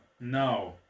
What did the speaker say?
No